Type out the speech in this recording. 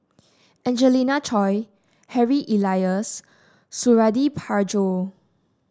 Angelina Choy Harry Elias Suradi Parjo